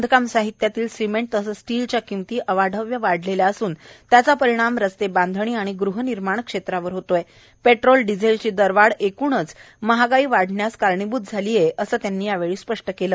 बांधकाम साहित्यातील सिमेंट तसेच स्टिलच्या किमती अवाढव्य वाढलेल्या असून त्याचा परिणाम रस्तेबांधणी ग़हनिर्माण क्षेत्रावर होत आहे पेट्रोल डिझेलची दरवाढ एकूणच महागाई वाढण्यास कारणीभूत झाली आहे असं त्यांनी यावेळी स्पष्ट केलं